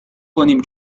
کنیم